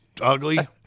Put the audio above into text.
ugly